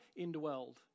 indwelled